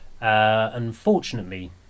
unfortunately